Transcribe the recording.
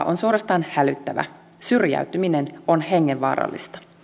on suorastaan hälyttävä syrjäytyminen on hengenvaarallista